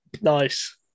nice